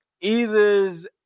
eases